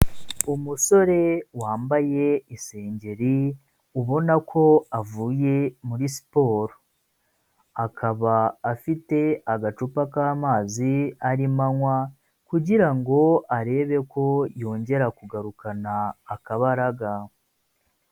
Umusore wambaye isengeri ubona ko avuye muri siporo, akaba afite agacupa k'amazi arimo anywa kugira ngo arebe ko yongera kugarukana akabaraga.